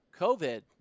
COVID